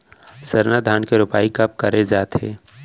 सरना धान के रोपाई कब करे जाथे?